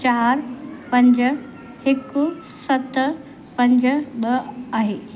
चारि पंज हिकु सत पंज ॿ आहे